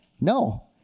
No